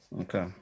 Okay